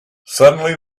suddenly